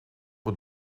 het